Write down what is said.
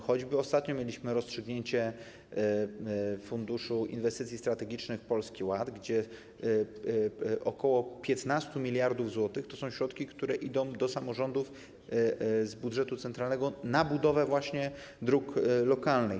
Choćby ostatnio mieliśmy rozstrzygnięcie funduszu inwestycji strategicznych Polski Ład, gdzie ok. 15 mld zł to są środki, które idą do samorządów z budżetu centralnego na budowę właśnie dróg lokalnych.